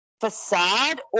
facade